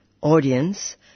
audience